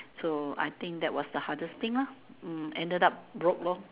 so I think that was the hardest thing lah mm ended up broke lor